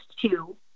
two